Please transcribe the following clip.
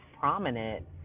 prominent